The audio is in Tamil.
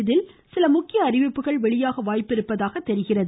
இதில் சில முக்கிய அறிவிப்புகள் வெளியாக வாய்ப்பிருப்பதாக தெரிகிறது